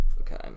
okay